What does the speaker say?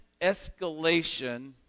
escalation